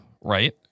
right